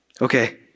Okay